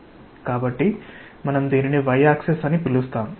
కాబట్టి మనం దీనిని y యాక్సిస్ అని పిలుస్తాము